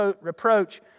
reproach